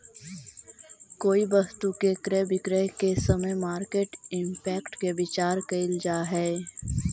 कोई वस्तु के क्रय विक्रय के समय मार्केट इंपैक्ट के विचार कईल जा है